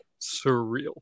Surreal